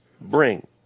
bring